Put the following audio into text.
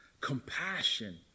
compassion